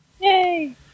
Yay